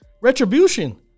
retribution